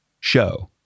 show